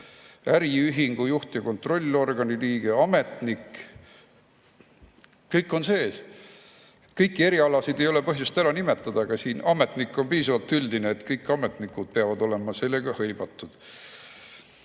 äriühingu juht‑ või kontrollorgani liige, ametnik – kõik on sees. Kõiki erialasid ei ole põhjust ära nimetada, "ametnik" on piisavalt üldine, et kõik ametnikud oleksid sellega hõlmatud. Ka